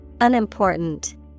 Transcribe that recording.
Unimportant